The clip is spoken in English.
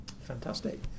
Fantastic